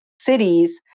cities